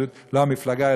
לא המפלגה,